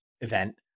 event